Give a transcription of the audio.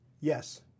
Yes